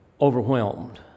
overwhelmed